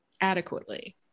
adequately